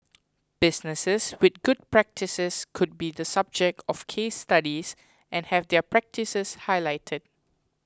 businesses with good practices could be the subject of case studies and have their practices highlighted